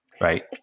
Right